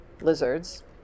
Lizards